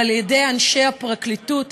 ועל ידי אנשי הפרקליטות,